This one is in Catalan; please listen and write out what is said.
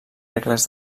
regles